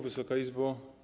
Wysoka Izbo!